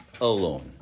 alone